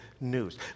news